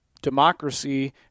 democracy